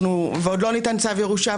ועדיין לא ניתן צו ירושה,